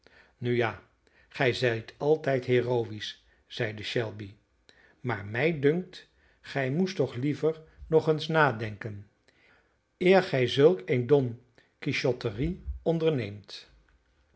nu ja gij zijt altijd heroïsch zeide shelby maar mij dunkt gij moest toch liever nog eens nadenken eer gij zulk eene donquichoterie onderneemt